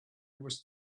was